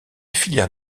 filière